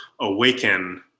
awaken